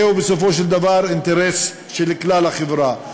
זה בסופו של דבר אינטרס של כלל החברה.